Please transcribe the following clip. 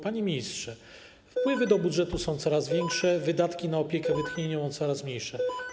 Panie ministrze, wpływy do budżetu są coraz większe, a wydatki na opiekę wytchnieniową są coraz mniejsze.